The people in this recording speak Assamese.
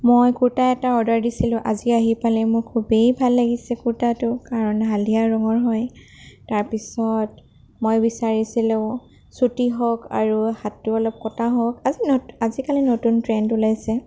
মই কুৰ্টা এটা অৰ্ডাৰ দিছিলোঁ আজি আহি পালে মোৰ খুবেই ভাল লাগিছে কুৰ্টাটো কাৰণ হালধীয়া ৰঙৰ হয় তাৰপিছত মই বিচাৰিছিলোঁ চুটি হওঁক আৰু হাতটো অলপ কটা হওঁক আজি আজিকালি নতুন ট্ৰেণ্ড ওলাইছে